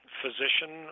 physician